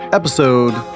episode